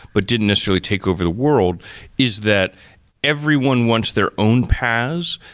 but didn't necessarily take over the world is that everyone wants their own paas,